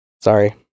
sorry